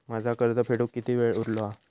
माझा कर्ज फेडुक किती वेळ उरलो हा?